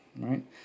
right